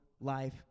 life